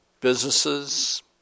Businesses